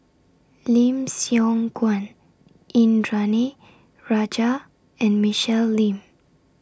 Lim Siong Guan Indranee Rajah and Michelle Lim